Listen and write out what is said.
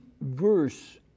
verse